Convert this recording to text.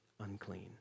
unclean